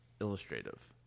illustrative